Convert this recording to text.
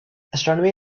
astronomy